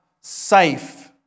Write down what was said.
safe